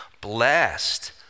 blessed